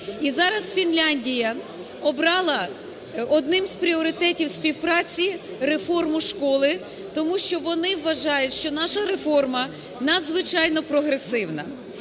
І зараз Фінляндія обрала одним і з пріоритетів співпраці реформу школи, тому що вони вважають, що наша реформа надзвичайно прогресивна.